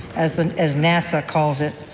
as and as nasa calls it,